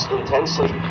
intensely